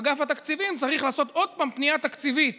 אגף התקציבים צריך לעשות עוד פעם פנייה תקציבית